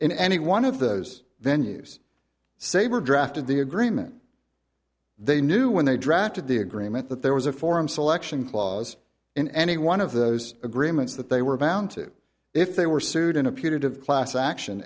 in any one of those venues saber drafted the agreement they knew when they drafted the agreement that there was a form selection clause in any one of those agreements that they were bound to if they were sued in a punitive class action